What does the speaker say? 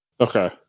Okay